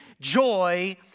joy